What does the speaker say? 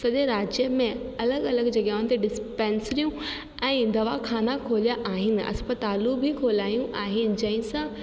सॼे राज्य में अलॻि अलॻि जॻहियुनि ते डिस्पैंसरियूं ऐं दवाखाना खोलिया आहिनि अस्पतालूं बि खोलायूं आहिनि जंहिंसां